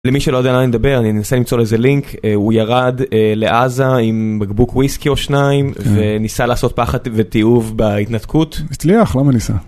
למי שלא יודע למה אני מדבר אני ננסה למצוא איזה לינק הוא ירד לעזה עם בקבוק וויסקי או שניים וניסה לעשות פחד ותיעוב בהתנתקות.